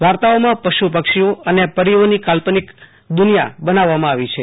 વાર્તાઓમાં પશુ પક્ષીઓ અને પરીઓની કાલ્પનિક દુનિયા બનાવવામાં આવી છે